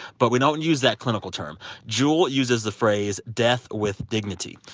but we don't use that clinical term. jule uses the phrase, death with dignity.